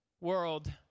world